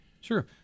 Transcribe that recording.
Sure